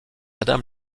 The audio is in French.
adam